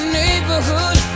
neighborhood